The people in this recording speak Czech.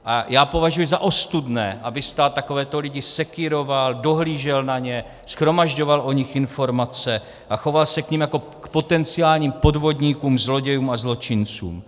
A já považuji za ostudné, aby stát takovéto lidi sekýroval, dohlížel na ně, shromažďoval o nich informace a choval se k nim jako k potenciálním podvodníkům, zlodějům a zločincům.